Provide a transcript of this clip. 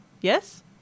Yes